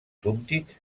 súbdits